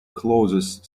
closest